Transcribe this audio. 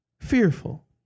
Fearful